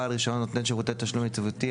בעל רישיון נותן שירותי תשלום יציבותי,